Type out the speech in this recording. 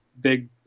big